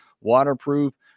waterproof